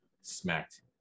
smacked